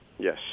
Yes